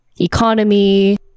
economy